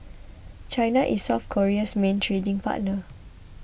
China is South Korea's main trading partner